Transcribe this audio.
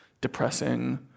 depressing